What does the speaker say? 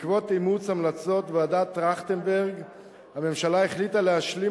בעקבות אימוץ המלצות ועדת-טרכטנברג החליטה הממשלה להשלים